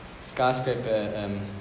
skyscraper